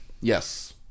Yes